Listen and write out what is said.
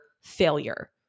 failure